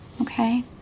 Okay